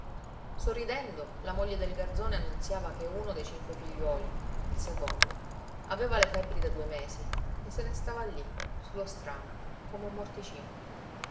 sorridendo la moglie del garzone annunziava che uno dei cinque figliuoli il secondo aveva le febbri da due mesi e se ne stava lí su lo strame come un